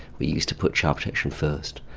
we used to put child protection first.